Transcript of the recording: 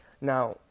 Now